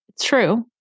True